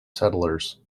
settlers